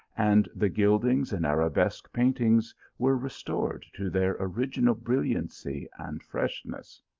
and the gildings and arabesque paintings were restored to their original brilliancy and freshness.